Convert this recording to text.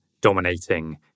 dominating